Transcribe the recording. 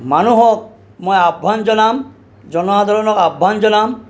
মানুহক মই আহ্বান জনাম জনসাধাৰণক মই আহ্বান জনাম